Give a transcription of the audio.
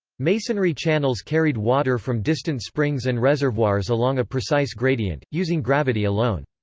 masonry channels carried water from distant springs and reservoirs along a precise gradient, using gravity alone.